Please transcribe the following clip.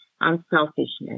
unselfishness